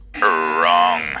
Wrong